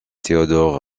theodor